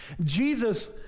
Jesus